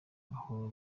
aho